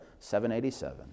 787